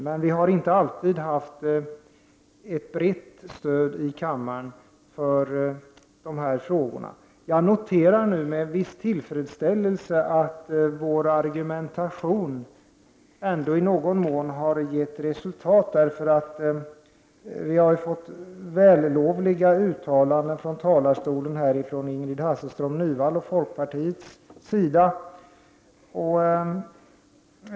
Men vi har inte alltid haft ett brett stöd i kammaren för dessa frågor. Jag noterar nu med viss tillfredsställelse att vår argumentation ändå i någon mån har gett resultat. Det har gjorts vällovliga uttalanden från talarstolen — Ingrid Hasselström Nyvall från folkpartiet.